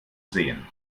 sehen